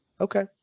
Okay